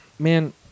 Man